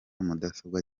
mudasobwa